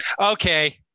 Okay